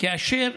כאשר